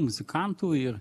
muzikantų ir